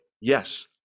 Yes